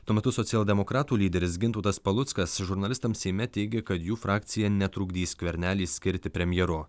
tuo metu socialdemokratų lyderis gintautas paluckas žurnalistams seime teigė kad jų frakcija netrukdys skvernelį skirti premjeru